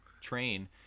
train